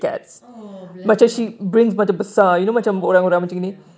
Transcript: !aww! bless her !aww! ya